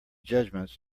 judgements